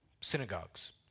synagogues